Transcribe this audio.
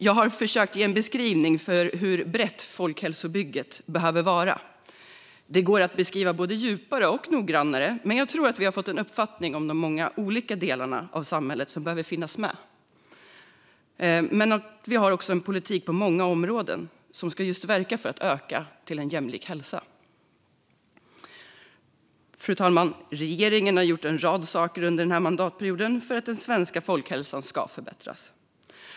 Jag har försökt att ge en beskrivning av hur brett folkhälsobygget behöver vara. Det går att beskriva både djupare och noggrannare, men jag tror att vi har fått en uppfattning om de många olika delarna av samhället som behöver finnas med. Men det ska vara en politik på många områden som ska verka för en jämlik hälsa. Fru talman! Regeringen har gjort en rad saker under mandatperioden för att den svenska folkhälsan ska förbättras.